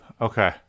Okay